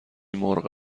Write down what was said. مرغ